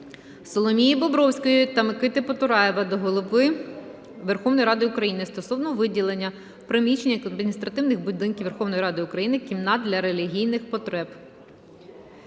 Соломії Бобровської та Микити Потураєва до Голови Верховної Ради України стосовно виділення в приміщеннях адміністративних будинків Верховної Ради України кімнати для релігійних потреб.